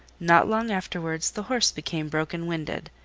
not long afterwards the horse became broken-winded,